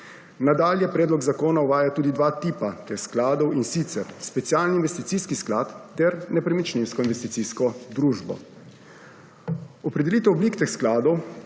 Nadalje Predlog zakona uvaja tudi dva tipa teh skladov, in sicer: specialni investicijski sklad ter nepremičninsko investicijsko družbo. Opredelitev oblik teh skladov